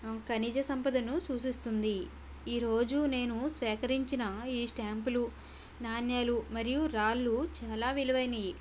ఖనిజ సంపదను సూచిస్తుంది ఈరోజు నేను సేకరించిన ఈ స్టాంపులు నాణ్యాలు మరియు రాళ్ళు చాలా విలువైనవి